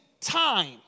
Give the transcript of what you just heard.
time